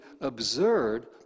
absurd